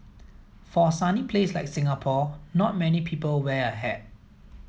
for a sunny place like Singapore not many people wear a hat